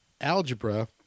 algebra